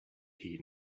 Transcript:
heat